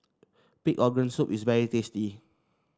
Pig's Organ Soup is very tasty